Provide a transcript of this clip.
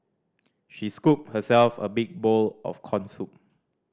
she scooped herself a big bowl of corn soup